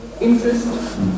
interest